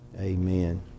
amen